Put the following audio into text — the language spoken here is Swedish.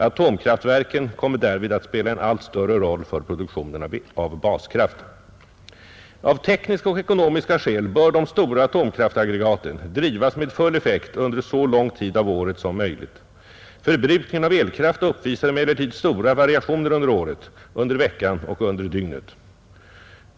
Atomkraftverken kommer därvid att spela en allt större roll för produktionen av Av tekniska och ekonomiska skäl bör de stora atomkraftaggregaten drivas med full effekt under så lång tid av året som möjligt. Förbrukningen av elkraft uppvisar emellertid stora variationer under året, under veckan och under dygnet.